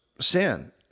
sin